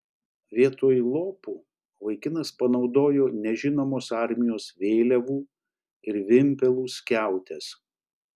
vietoj lopų vaikinas panaudojo nežinomos armijos vėliavų ir vimpelų skiautes